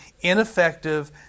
ineffective